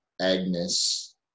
agnes